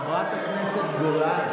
חברת הכנסת גולן,